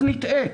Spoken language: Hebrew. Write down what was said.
אז נטעה,